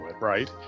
right